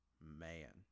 man